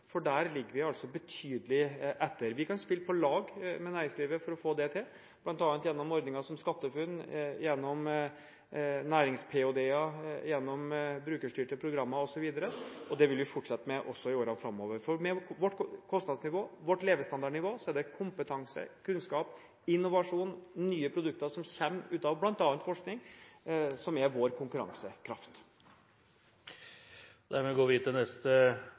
for der ligger vi betydelig etter. Vi kan spille på lag med næringslivet for å få det til, bl.a. gjennom ordninger som SkatteFUNN, gjennom nærings-PhD-er, gjennom brukerstyrte programmer osv., og det vil vi fortsette med også i årene framover. Med vårt kostnadsnivå, vårt levestandardnivå, er det kompetanse, kunnskap, innovasjon og nye produkter som kommer ut av bl.a. forskning, som er vår konkurransekraft. Da går vi til neste